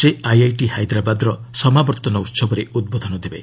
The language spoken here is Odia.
ସେ ଆଇଆଇଟି ହାଇଦ୍ରାବାଦର ସମାବର୍ତ୍ତନ ଉତ୍ସବରେ ଉଦ୍ବୋଧନ ଦେବେ